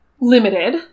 limited